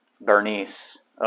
Bernice